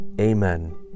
Amen